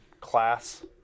class